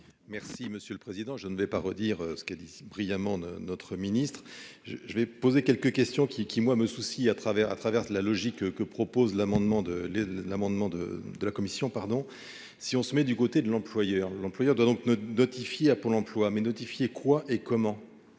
Merci monsieur le président, je ne vais pas redire ce qu'a dit brillamment de notre Ministre je vais poser quelques questions qui qui moi me soucie à travers à travers la logique que propose l'amendement de l'amendement de de la commission, pardon, si on se met du côté de l'employeur, l'employeur doit donc ne notifier à Pôle emploi mais notifié quoi et comment